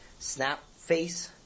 Snapface